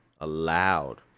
allowed